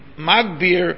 magbir